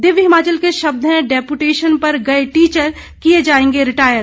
दिव्य हिमाचल के शब्द हैं डेपुटेशन पर गए टीचर किए जाएंगे रिटायर